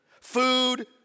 food